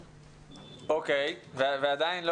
ועדיין,